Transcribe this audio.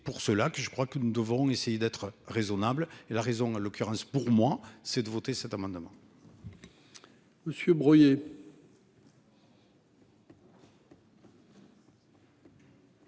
c'est pour cela que je crois que nous devons essayer d'être raisonnable et la raison en l'occurrence pour moi c'est de voter cet amendement.